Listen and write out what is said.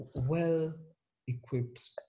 well-equipped